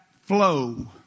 flow